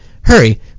Hurry